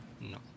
No